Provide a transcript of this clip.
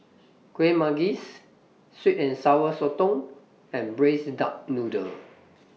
Kuih Manggis Sweet and Sour Sotong and Braised Duck Noodle